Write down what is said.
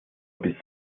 bis